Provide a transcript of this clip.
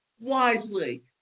wisely